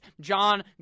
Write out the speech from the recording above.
John